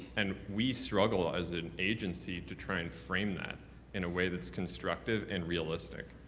and we struggle as an agency to try and frame that in a way that's constructive and realistic.